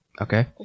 Okay